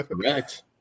correct